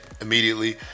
immediately